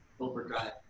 overdrive